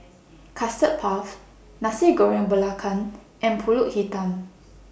Custard Puff Nasi Goreng Belacan and Pulut Hitam